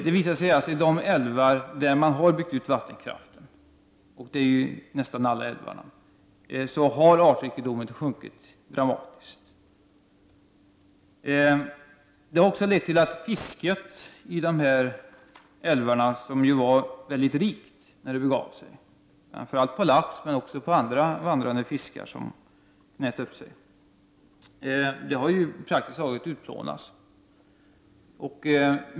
Det har visat sig att artrikedomen i de älvar där man har byggt ut vattenkraften, dvs. nästan alla älvar, har minskat dramatiskt. Fisket i dessa älvar, som ju var väldigt rikt när det begav sig, framför allt i fråga om lax men även i fråga om andra vandrande fiskar som kunde äta upp sig, har praktiskt taget utplånats.